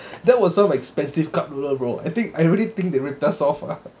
that was some expensive cup noodle bro I think I really think they ripped us off ah